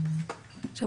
עכשיו,